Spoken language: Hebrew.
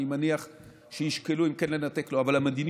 אני מניח שישקלו אם כן לנתק לו.